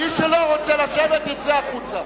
מי שלא רוצה לשבת, יצא החוצה.